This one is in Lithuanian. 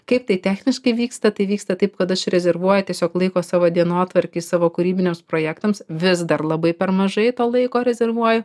kaip tai techniškai vyksta tai vyksta taip kad aš rezervuoju tiesiog laiko savo dienotvarkėj savo kūrybiniams projektams vis dar labai per mažai to laiko rezervuoju